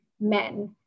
men